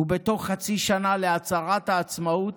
ובתוך חצי שנה להצהרת העצמאות,